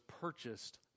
purchased